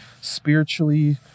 spiritually